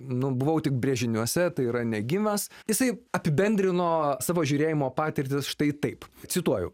nu buvau tik brėžiniuose tai yra neigimas jisai apibendrino savo žiūrėjimo patirtis štai taip cituoju